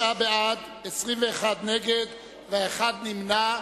39 בעד, 21 נגד ואחד נמנע.